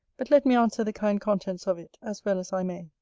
but let me answer the kind contents of it, as well as i may.